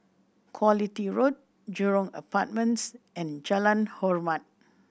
Quality Road Jurong Apartments and Jalan Hormat